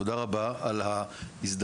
תודה רבה על ההזדמנות.